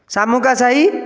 ଶାମୁକା ସାହି